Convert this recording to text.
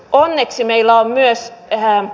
onneksi meillä on myös hän